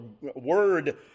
word